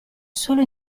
solo